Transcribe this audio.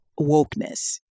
wokeness